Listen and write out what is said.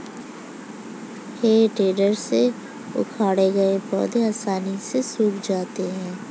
हेइ टेडर से उखाड़े गए पौधे आसानी से सूख जाते हैं